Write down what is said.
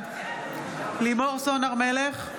בעד לימור סון הר מלך,